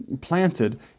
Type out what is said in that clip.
planted